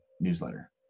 newsletter